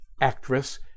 actress